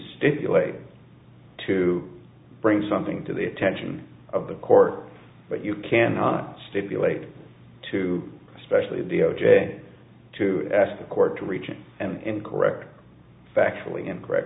stipulate to bring something to the attention of the court but you cannot stipulate to especially the o j to ask the court to reach an incorrect factually incorrect